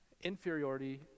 Inferiority